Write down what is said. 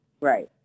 Right